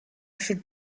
should